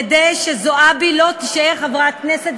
כדי שזועבי לא תישאר חברת כנסת,